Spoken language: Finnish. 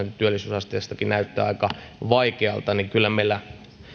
työllisyysasteestakin näyttää aika vaikealta niin kyllä meillä